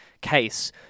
case